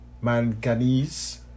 manganese